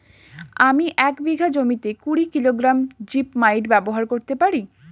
আমি এক বিঘা জমিতে কুড়ি কিলোগ্রাম জিপমাইট ব্যবহার করতে পারি?